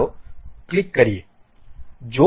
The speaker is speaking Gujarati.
ચાલો ક્લિક કરીએ